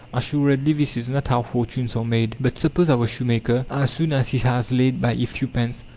assuredly this is not how fortunes are made. but suppose our shoemaker, as soon as he has laid by a few pence,